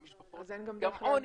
המשפחות --- אז גם דרך להגיע.